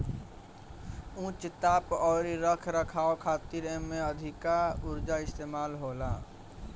उच्च ताप अउरी रख रखाव खातिर एमे अधिका उर्जा इस्तेमाल होला